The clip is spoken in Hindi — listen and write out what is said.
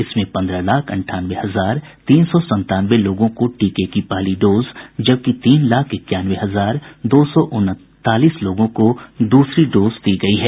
इसमें पन्द्रह लाख अंठानवे हजार तीन सौ संतानवे लोगों को टीके की पहली डोज जबकि तीन लाख इक्यानवे हजार दो सौ उनतालीस लोगों को दूसरी डोज दी गयी है